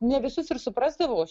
ne visus ir suprasdavau aš